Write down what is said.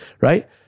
right